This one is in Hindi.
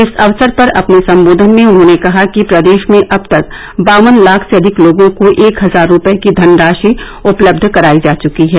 इस अवसर पर अपने संबोधन में उन्होंने कहा कि प्रदेश में अब तक बावन लाख से अधिक लोगों को एक हजार रूपए की धनराशि उपलब्ध कराई जा चुकी है